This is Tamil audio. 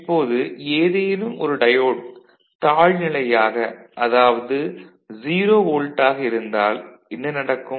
இப்போது ஏதேனும் ஒரு டயோடு தாழ்நிலையாக அதாவது 0 வோல்ட்டாக இருந்தால் என்ன நடக்கும்